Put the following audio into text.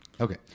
Okay